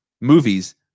movies